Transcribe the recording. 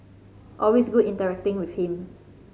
always good interacting with him